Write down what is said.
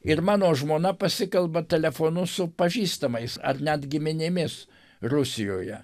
ir mano žmona pasikalba telefonu su pažįstamais ar net giminėmis rusijoje